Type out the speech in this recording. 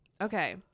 okay